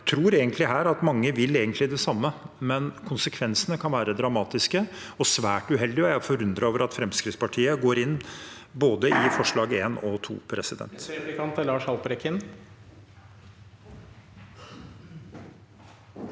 Jeg tror egentlig at mange vil det samme her, men konsekvensene kan være dramatiske og svært uheldige, og jeg er forundret over at Fremskrittspartiet går inn for både forslag nr. 1 og forslag nr.